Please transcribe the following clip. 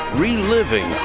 reliving